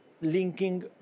linking